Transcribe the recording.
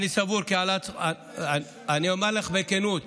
אני אומר לך בכנות,